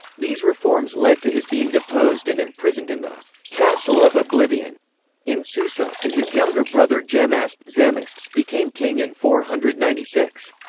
these reforms led to his being deposed and imprisoned in the castle of oblivion in susa, and his younger brother jamasp jamasp became king in four hundred and ninety six.